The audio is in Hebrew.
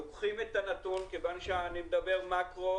לוקחים את הנתון כיוון שאני מדבר מקרו